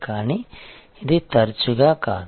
కానీ ఇది తరచుగా కాదు